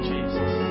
Jesus